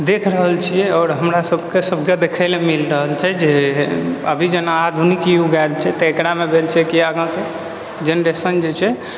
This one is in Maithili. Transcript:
देखि रहल छिऐ आओर हमरा सबकेँ सबके देखए लए मिल रहल छै जे अभी जेना आधुनिक युग आएल छै तऽ एकरामे भेल छै कि आगाँ जेनरेशन जे छै